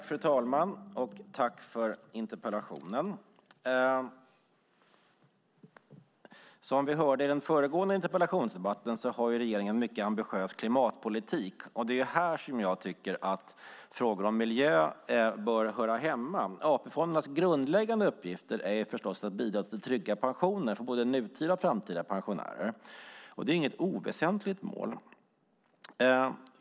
Fru talman! Tack för interpellationen! Som vi hörde i den föregående interpellationsdebatten har regeringen en mycket ambitiös klimatpolitik. Det är här som jag tycker att frågor om miljö bör höra hemma. AP-fondernas grundläggande uppgifter är förstås att bidra till trygga pensioner för både nutida och framtida pensionärer. Det är inget oväsentligt mål.